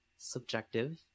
subjective